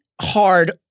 hard